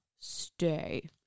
Stay